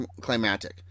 climatic